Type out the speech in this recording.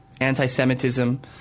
anti-Semitism